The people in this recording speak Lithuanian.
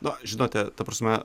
na žinote ta prasme